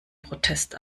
protest